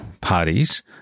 parties